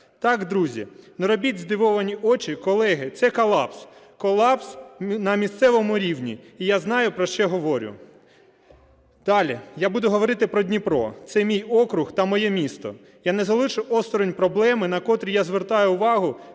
Так, друзі, не робіть здивовані очі. Колеги, це колапс, колапс на місцевому рівні, і я знаю, про що говорю. Далі. Я буду говорити про Дніпро. Це мій округ та моє місто. Я не залишу осторонь проблеми, на котрі я звертаю увагу